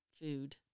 food